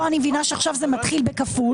פה אני מבינה שעכשיו זה מתחיל בכפול.